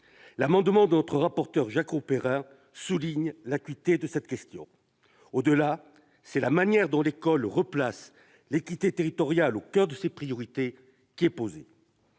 L'amendement du rapporteur pour avis Jacques Grosperrin souligne l'acuité de cette question. Au-delà, c'est la manière dont l'école replace l'équité territoriale au coeur de ses priorités qui est posée.